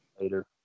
later